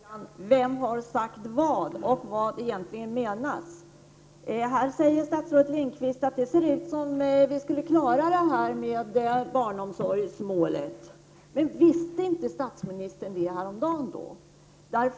Herr talman! Först till ftrågan om vem som har sagt vad och vad som egentligen menas med det som har sagts. Statsrådet Lindqvist säger att det ser ut som om vi skulle klara barnomsorgsmålet. Men visste inte statsministern det häromdagen?